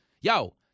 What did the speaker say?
Yo